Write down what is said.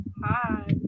Hi